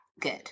good